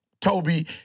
Toby